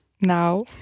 now